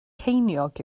ceiniog